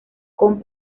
con